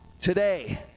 today